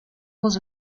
was